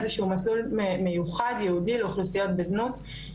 איזשהו מסלול מיוחד ייעודי לאוכלוסיות בזנות,